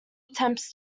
attempts